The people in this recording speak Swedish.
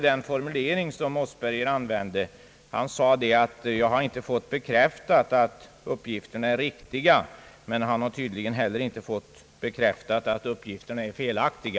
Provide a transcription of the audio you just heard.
Den formulering som herr Mossberger använde var också intressant. Han sade att jag har inte »fått bekräftat» att de uppgifterna är riktiga. Men han har tydligen inte heller fått bekräftat att uppgifterna är felaktiga.